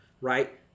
right